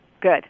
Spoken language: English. Good